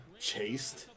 chased